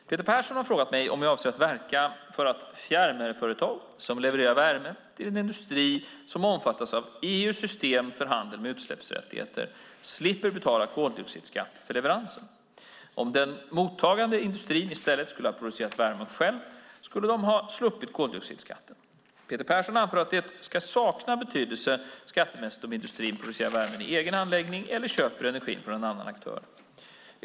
Herr talman! Peter Persson har frågat mig om jag avser att verka för att ett fjärrvärmeföretag som levererar värme till en industri som omfattas av EU:s system för handel med utsläppsrätter slipper betala koldioxidskatt för leveransen. Om den mottagande industrin i stället skulle ha producerat värmen själva skulle den ha sluppit koldioxidskatten. Peter Persson anför att det ska sakna betydelse skattemässigt om industrin producerar värmen i egen anläggning eller köper energin från en annan aktör.